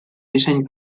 disseny